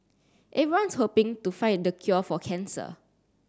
everyone's hoping to find the cure for cancer